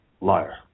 liar